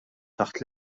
taħt